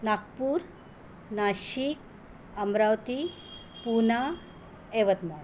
Nagpur Nashik Amravati Pune Yavatmal